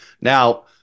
Now